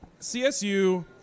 CSU